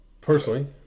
personally